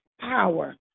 power